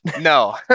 No